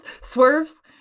swerves